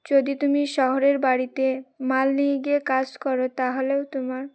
যদি তুমি শহরের বাড়িতে মাল নিয়ে গিয়ে কাজ করো তাহলেও তোমার